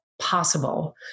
possible